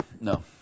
No